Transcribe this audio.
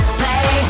play